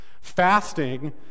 Fasting